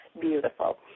Beautiful